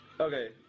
Okay